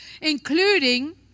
including